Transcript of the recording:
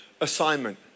assignment